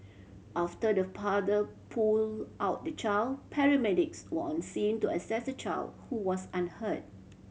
after the father pull out the child paramedics were on scene to assess the child who was unhurt